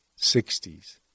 60s